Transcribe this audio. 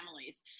families